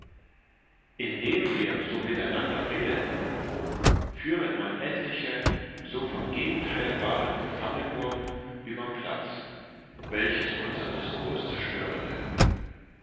indem als wir so miteinander redeten führet man etliche so vom gegenteil waren gefangen worden übern platz welches unsern diskurs